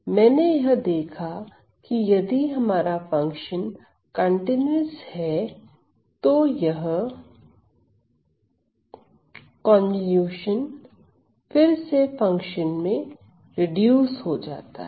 मैंने यह देखा कि यदि हमारा फंक्शन कंटीन्यूअस है तो यह कन्वॉल्यूशन फिर से फंक्शन में रिड्यूस हो जाता है